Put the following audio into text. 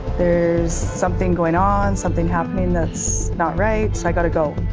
there's something going on, something happening that's not right so i got to go.